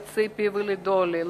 ציפי ודולי,